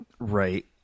Right